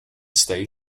stay